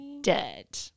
dead